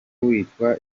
witwa